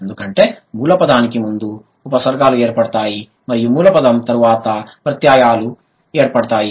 ఎందుకంటే మూల పదానికి ముందు ఉపసర్గలు ఏర్పడతాయి మరియు మూల పదం తర్వాత ప్రత్యయాలు ఏర్పడతాయి